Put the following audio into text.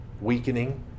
weakening